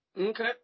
Okay